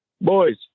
boys